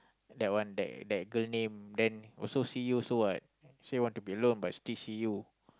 that one that that girl name then also see you so what say want to be alone but still see you